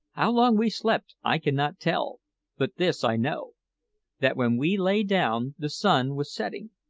how long we slept i cannot tell but this i know that when we lay down the sun was setting,